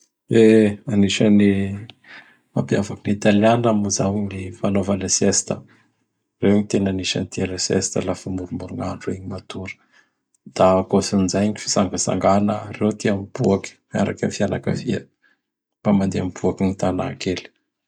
E! Anisany mampiavaky ny Italianina moa zao gny fanaova Lasiesta. Reo gn tena anisan tia lasiesta lafa moromorogn'andro igny, matory. Da akoatsin'izay gny fitsangatsangana, reo tia mibôky, miaraky am fianakavia mba mandea mibôky ny Tana kely.